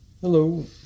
Hello